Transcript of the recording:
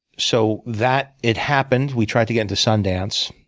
so that it happened. we tried to get into sundance,